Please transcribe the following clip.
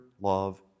love